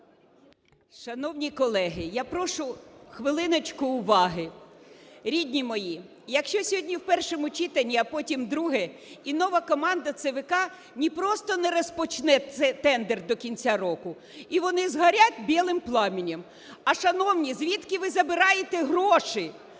Шановні колеги, я прошу хвилиночку уваги. Рідні мої, якщо сьогодні в першому читанні, а потім – друге, і нова команда ЦВК не просто не розпочне тендер до кінця року, і вони згорять белым пламенем. А, шановні, звідки ви забираєте гроші?